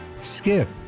skip